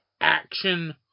Action